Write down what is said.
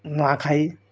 Nuakhai